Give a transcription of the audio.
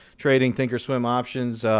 trading, thinkorswim options.